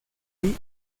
lee